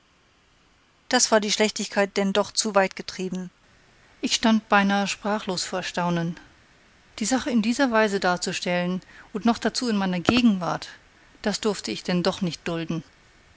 das war die schlechtigkeit denn doch zu weit getrieben ich stand beinahe sprachlos vor erstaunen die sache in dieser weise darzustellen und noch dazu in meiner gegenwart das durfte ich denn doch nicht dulden